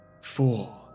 four